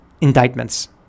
indictments